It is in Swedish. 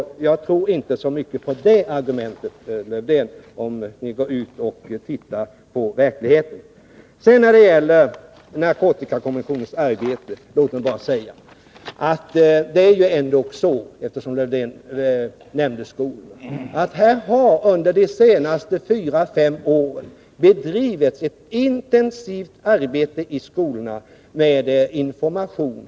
Jag tror därför inte så mycket på det argumentet, Lars-Erik Lövdén, om man går ut och ser på verkligheten. Låt mig när det gäller narkotikakommissionens arbete bara säga, eftersom Lars-Erik Lövdén nämnde skolorna, att det under de senaste fyra fem åren har bedrivits ett intensivt arbete i skolorna med information.